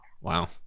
Wow